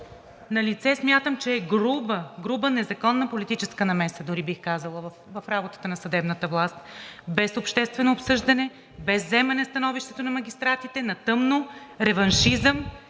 Налице, смятам, че е груба, груба незаконна политическа намеса дори бих казала, в работата на съдебната власт – без обществено обсъждане, без взимане становището на магистратите, на тъмно, реваншизъм,